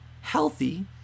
healthy